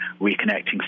reconnecting